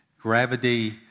gravity